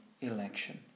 election